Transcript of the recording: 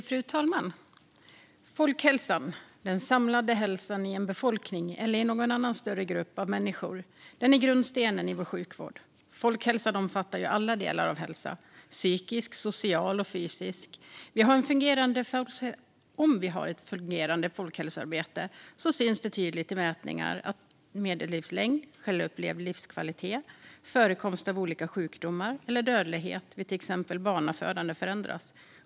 Fru talman! Folkhälsan, den samlade hälsan i en befolkning eller i någon annan större grupp av människor, är en grundsten i vår sjukvård. Folkhälsan omfattar ju alla delar av hälsa: psykisk, social och fysisk. Om vi har ett fungerande folkhälsoarbete syns det tydligt i mätningar att medellivslängd, självupplevd livskvalitet, förekomst av olika sjukdomar eller dödlighet vid till exempel barnafödande förändras.